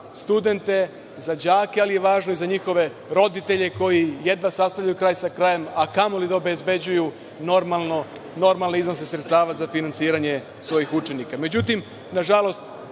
studente, za đake, ali je važno i za njihove roditelje koji jedva sastavljaju kraj sa krajem, a kamo li da obezbeđuju normalne iznose sredstava za finansiranje svojih učenika.Međutim, na žalost